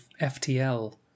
FTL